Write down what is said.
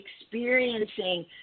experiencing